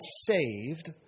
saved